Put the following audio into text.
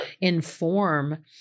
inform